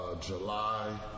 July